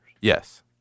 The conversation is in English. Yes